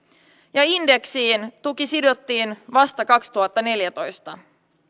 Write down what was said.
ja indeksiin tuki sidottiin vasta kaksituhattaneljätoista